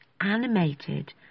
animated